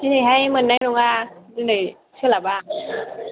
दिनैहाय मोननाय नङा दिनै सोलाबा